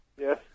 Yes